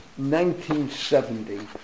1970